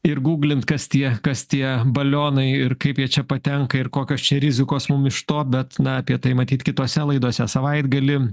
ir guglint kas tie kas tie balionai ir kaip jie čia patenka ir kokios čia rizikos mum iš to bet na apie tai matyt kitose laidose savaitgalį